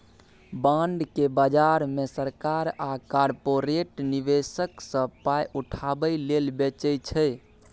bond केँ बजार मे सरकार आ कारपोरेट निबेशक सँ पाइ उठाबै लेल बेचै छै